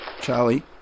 Charlie